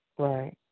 Right